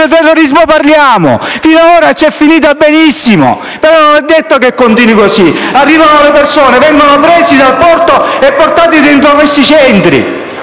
antiterrorismo parliamo? Fino ad ora è andata benissimo, ma non è detto che continui così. Arrivano le persone, vengono prese dal porto e portate in quei centri